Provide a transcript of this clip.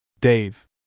Dave